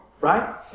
right